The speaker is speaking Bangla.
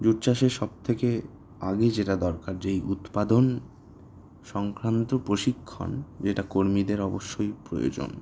জুট চাষের সবথেকে আগে যেটা দরকার যেই উৎপাদন সংক্রান্ত প্রশিক্ষণ যেটা কর্মীদের অবশ্যই প্রয়োজন